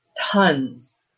tons